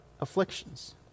afflictions